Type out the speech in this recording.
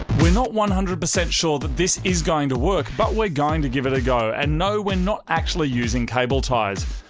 we're not one hundred percent sure that this is going to work but we're going to give it a go, and no. we're not actually using cable ties.